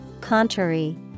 Contrary